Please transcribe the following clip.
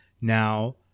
Now